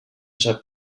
sap